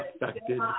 affected